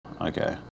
Okay